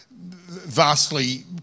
vastly